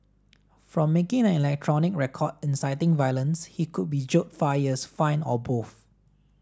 for making an electronic record inciting violence he could be jailed five years fined or both